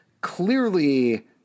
clearly